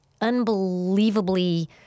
unbelievably